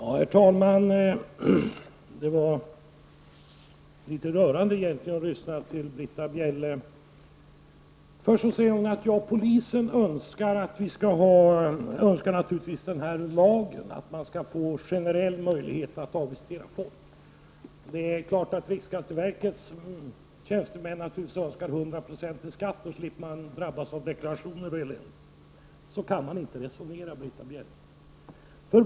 Herr talman! Det var egentligen litet rörande att lyssna till Britta Bjelle. Hon säger att polisen naturligtvis önskar denna lag, som gör att man får generell möjlighet att avvisitera folk. Det är lika klart som att riksskatteverkets tjänstemän naturligtvis önskar att vi skulle betala 100 96 i skatt, för då slipper man att drabbas av deklarationer och elände. Så kan man inte resonera, Britta Bjelle.